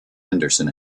henderson